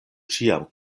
ĉiam